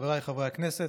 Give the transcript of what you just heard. חבריי חברי הכנסת,